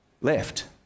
left